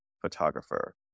photographer